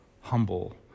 humble